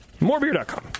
Morebeer.com